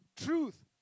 Truth